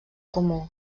comú